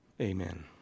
Amen